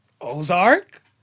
Ozark